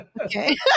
Okay